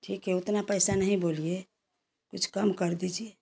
ठीक है उतना उतना पैसा नहीं बोलिए कुछ कम कर दीजिए